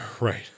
Right